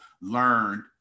learned